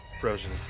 Frozen